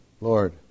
Lord